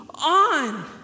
on